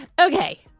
Okay